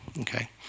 okay